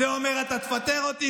זה אומר: אתה תפטר אותי,